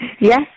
Yes